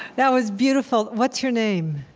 that was beautiful. what's your name?